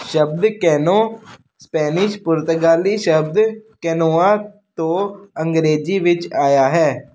ਸ਼ਬਦ canoe Spanish ਪੁਰਤਗਾਲੀ ਸ਼ਬਦ ਕੈਨੋਆ ਤੋਂ ਅੰਗਰੇਜ਼ੀ ਵਿੱਚ ਆਇਆ ਹੈ